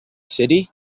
city